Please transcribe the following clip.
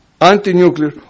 Anti-nuclear